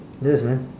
yes man